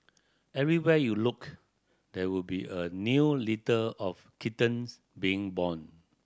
everywhere you looked there would be a new litter of kittens being born